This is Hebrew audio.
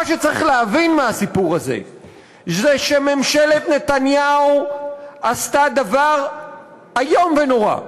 מה שצריך להבין מהסיפור הזה זה שממשלת נתניהו עשתה דבר איום ונורא,